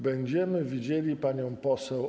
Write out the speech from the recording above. Będziemy widzieli panią poseł.